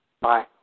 Bye